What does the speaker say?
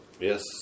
Yes